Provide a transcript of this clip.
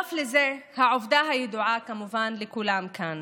נוסיף לזה את העובדה הידועה כמובן לכולם כאן